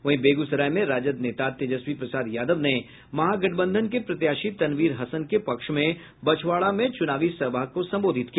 वहीं बेगूसराय में राजद नेता तेजस्वी प्रसाद यादव ने महागठबंधन के प्रत्याशी तनवीर हसन के पक्ष में बछवाड़ा में चूनावी सभा को संबोधित किया